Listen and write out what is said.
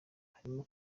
harimo